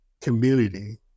community